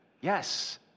Yes